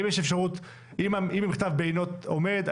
אם המכתב בעינו עומד,